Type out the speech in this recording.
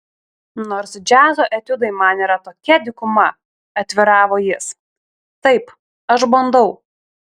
nors džiazo etiudai man yra tokia dykuma atviravo jis taip aš bandau